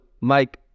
Mike